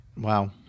Wow